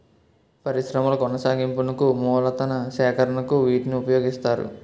పరిశ్రమల కొనసాగింపునకు మూలతన సేకరణకు వీటిని ఉపయోగిస్తారు